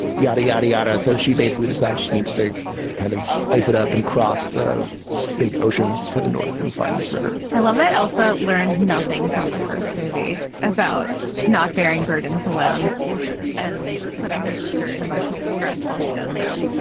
yadda, yadda, yadda. so she basically decides she needs to kind of ace it up and cross the big ocean to the north and find this river i love that elsa learned nothing from the first movie about not bearing burdens alone and putting her sister in emotional distress while she does so.